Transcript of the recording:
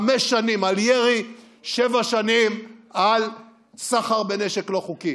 חמש שנים על ירי, שבע שנים על סחר בנשק לא חוקי.